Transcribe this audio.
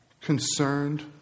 concerned